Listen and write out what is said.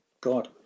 God